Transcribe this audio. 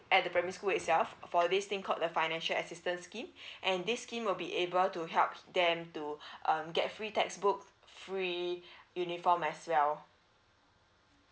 at the primary school itself for this thing called the financial assistance scheme and this scheme will be able to help them to um get free textbook free uniform as well